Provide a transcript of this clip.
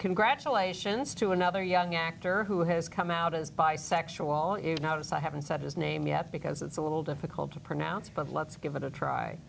congratulations to another young actor who has come out as bisexual is not as i haven't said his name yet because it's a little difficult to pronounce but let's give it a try